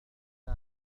عشر